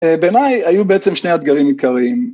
בעיניי היו בעצם שני אתגרים עיקריים.